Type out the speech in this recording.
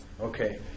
Okay